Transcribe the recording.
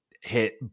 hit